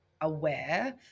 aware